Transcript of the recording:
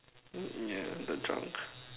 oh yeah the drunk